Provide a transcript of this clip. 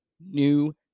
New